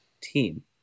team